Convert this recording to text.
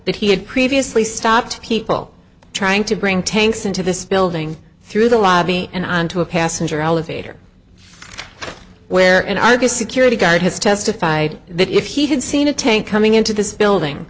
that he had previously stopped people trying to bring tanks into this building through the lobby and onto a passenger elevator where in august security guard has testified that if he had seen a tank coming into this building